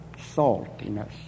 saltiness